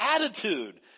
attitude